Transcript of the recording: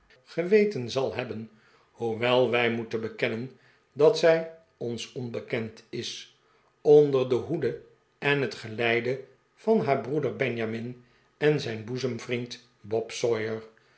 geweten zal hebben hoewel wij moeten bekenhen dat zij ons onbekend is onder de hoede en het geleide van haar broeder benjamin en zijn boezemvriend bob